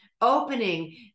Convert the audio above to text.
opening